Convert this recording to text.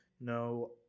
No